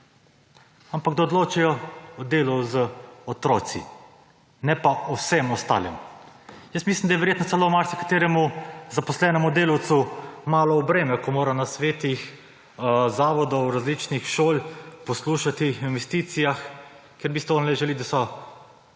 ampak da odločajo o delu z otroci, ne pa o vsem ostalem. Jaz mislim, da je verjetno celo marsikateremu zaposlenemu delavcu malo v breme, ko mora na svetih zavodov različnih pol poslušati o investicijah, ker v bistvu on le želi, da so